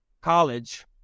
College